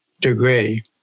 degree